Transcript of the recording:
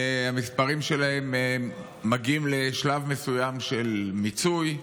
המספרים שלהם מגיעים לשלב מסוים של מיצוי,